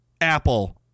Apple